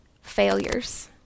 failures